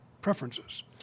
preferences